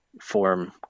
form